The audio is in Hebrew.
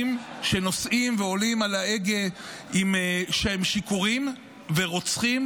שנוסעים ועולים על ההגה כשהם שיכורים ורוצחים,